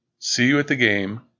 seeyouatthegame